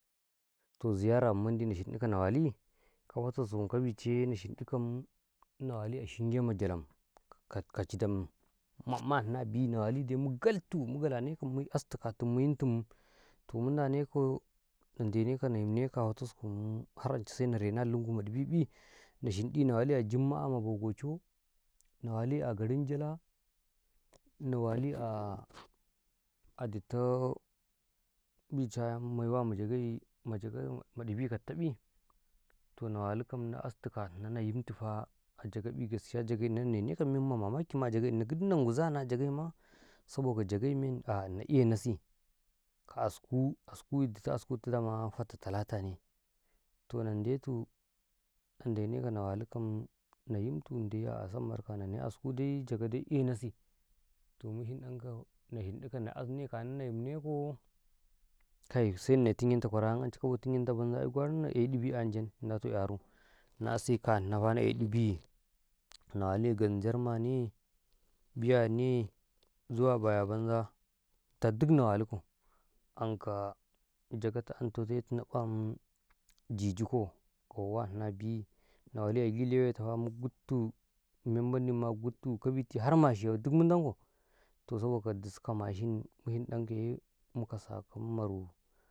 ﻿Toh ziyara ma mendi na shirri kau na walii, ka fataskum ka biceeaiyum, sai na shinɗi kauna wali a shinge ma jalam ka ci dam ma ummaan nau a bii na wali dai mu galtun muga la ne tum, mu as tu katum mu yuntum, toh mu na ne kau, in na re nau a lungu ma ɗini ii, na wali ma Jummuah, mabagau cau, na wali a garin Jila na wali aa dut tau, bi ca yan may wa ma ja aay, maJagaymaɗibi matu ƃi, toh na wali kam, na as nau kanau na yuntu faa, a Jagai ƃi, dan jire jaga'iinin na ne nau kau men ma mamaki ma a jugay, gidi na gu ja nau a na eh na si, ka askun askun alutau, daman fatta tala'ta ne toh nan de tu ale ne tu na wali kam, na yuntu na dai a sai marka, na nay asku dai, ii jaga dai ina si, toh mu shinɗan kau, na shinɗan ka na as say ka ni na yin ne koo, kai sai na ne tun ge tau kwaram tunge tau ma banza, ai gwara na eh ɗibi an can, inda to yarun, na a say kan nau faa, na eh ɗubii, na wali ganjar mana biya ne zuwa bini banza, toh giƃ na walu kau, an ka Jagatau antu ze Nna kam didi ko na biyyi, na wali agi lewe ta faa, mu kuttu, men mendi ma kuttu, ka biti har mashi yau duk ma denko, toh sabo ka dusu ka mashin, mu yun ɗan ka yee ka sa kam marun.